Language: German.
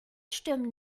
stimmen